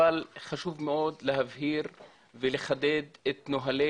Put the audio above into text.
אבל חשוב מאוד להבהיר ולחדד את נהלי